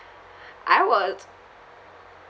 I was